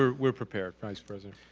we're we're prepared vice-president.